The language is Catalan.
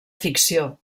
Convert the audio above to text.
ficció